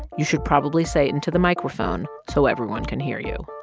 you should probably say it into the microphone so everyone can hear you.